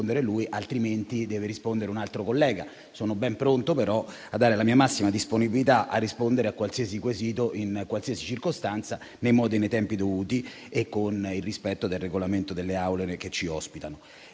lui; altrimenti deve rispondere un altro collega. Sono ben pronto, però, a dare la mia massima disponibilità a rispondere a qualsiasi quesito in qualsiasi circostanza, nei modi e nei tempi dovuti e con il rispetto dei Regolamenti delle Aule che ci ospitano.